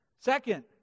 Second